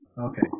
Okay